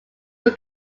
were